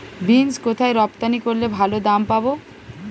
Beans কোথায় রপ্তানি করলে ভালো দাম পাব?